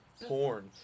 porn